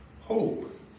hope